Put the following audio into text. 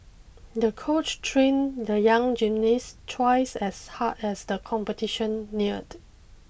the coach trained the young gymnast twice as hard as the competition neared